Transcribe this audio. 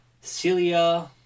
Celia